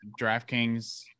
DraftKings